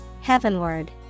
Heavenward